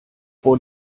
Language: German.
vor